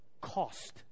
cost